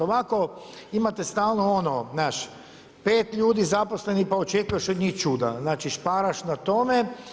Ovako imate stalno ono pet ljudi zaposlenih pa očekuješ od njih čuda, znači šaraš na tome.